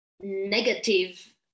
negative